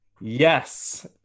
Yes